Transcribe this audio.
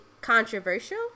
controversial